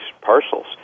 parcels